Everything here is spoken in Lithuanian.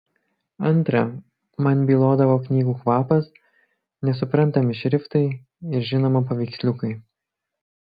antra man bylodavo knygų kvapas nesuprantami šriftai ir žinoma paveiksliukai